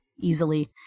easily